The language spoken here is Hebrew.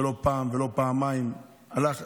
שלא פעם ולא פעמיים הלך.